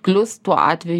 klius tuo atveju